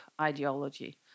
ideology